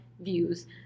views